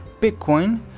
Bitcoin